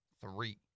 three